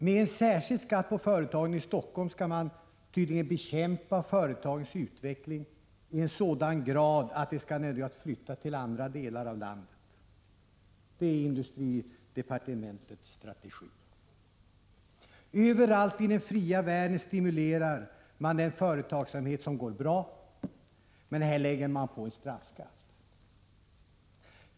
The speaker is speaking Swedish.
Med en särskild skatt på företag i Stockholm skall man tydligen bekämpa företagens utveckling till en sådan grad att de nödgas flytta till andra delar av landet. Det är industridepartementets strategi. Överallt i den fria världen stimulerar man den företagsamhet som går bra, men här lägger man en straffskatt på den.